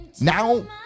Now